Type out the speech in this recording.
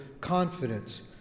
confidence